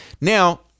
Now